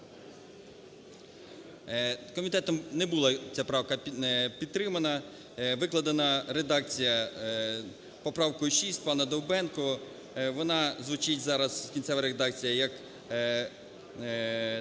Комітетом не була ця правка підтримана. Викладена редакція поправкою 6 пана Довбенка, вона звучить зараз, ця редакція, як "недопущення